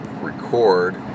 record